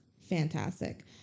fantastic